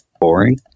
boring